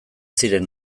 ziren